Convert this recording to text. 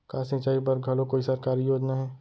का सिंचाई बर घलो कोई सरकारी योजना हे?